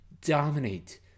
dominate